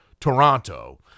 Toronto